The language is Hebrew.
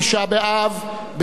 ביום ראשון הבא,